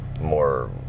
more